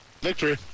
Victory